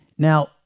Now